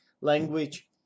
language